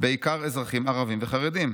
בעיקר אזרחים ערבים וחרדים.